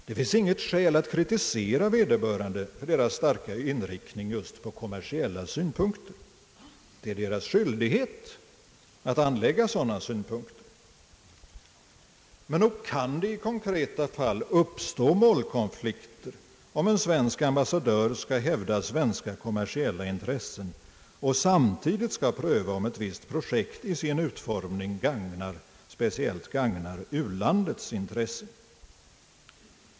Det finns inget skäl att kritisera vederbörande för deras starka inriktning just på kommersiella aspekter — det är deras skyldighet att anlägga sådana synpunkter — men nog kan det i konkreta fall uppstå målkonflikter om en svensk ambassadör skall hävda svenska kommersiella intressen och samtidigt pröva om ett visst projekt i sin utformning speciellt gagnar u-landets intressen.